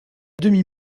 demi